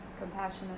compassionate